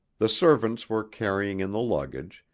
the servants were carrying in the luggage,